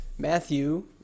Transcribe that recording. Matthew